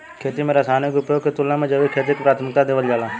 खेती में रसायनों के उपयोग के तुलना में जैविक खेती के प्राथमिकता देवल जाला